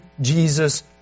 Jesus